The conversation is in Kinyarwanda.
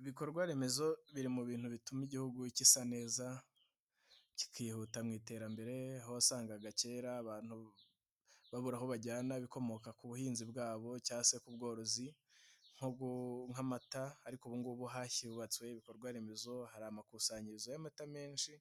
Ibikorwa remezo biri mu bintu bituma igihugu gisa neza kikihuta mu iterambere aho wasangaga kera abantu babura aho bajyana ibikomoka ku buhinzi bwabo cyangwa se ku bworozi nk'amata ariko ubu ngubu hahubatswe ibikorwa remezo hari amakusanyirizo y'amata menshi